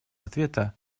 ответа